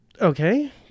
Okay